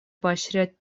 поощрять